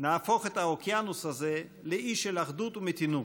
בואו נהפוך את האוקיינוס הזה לאי של אחדות ומתינות,